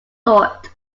thought